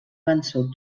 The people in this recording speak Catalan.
vençut